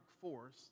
force